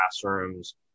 classrooms